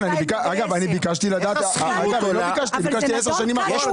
אגב, ביקשתי לדעת 10 שנים אחורה.